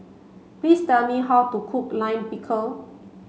please tell me how to cook Lime Pickle